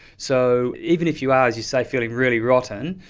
so even if you are, as you say, feeling really rotten,